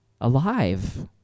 alive